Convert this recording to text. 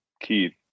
Keith